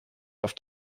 auf